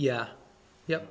yeah yeah